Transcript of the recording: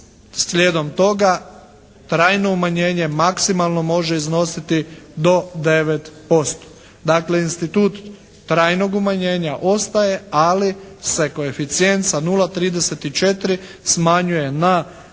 slijedom toga trajno umanjenje maksimalno može iznositi do 9%. Dakle institut trajnog umanjenja ostaje ali se koeficijent sa 0,34 smanjuje na